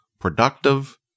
productive